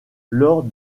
lors